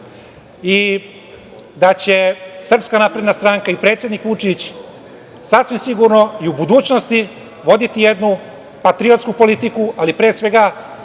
i da će SNS i predsednik Vučić, sasvim sigurno i u budućnosti, voditi jednu patriotsku politiku, ali pre svega